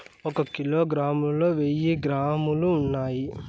ఒక కిలోగ్రామ్ లో వెయ్యి గ్రాములు ఉన్నాయి